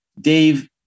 Dave